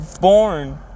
born